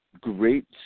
Great